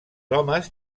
homes